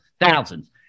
thousands